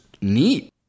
neat